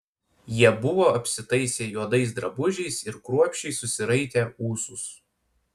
jie buvo apsitaisę juodais drabužiais ir kruopščiai susiraitę ūsus